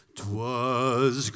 t'was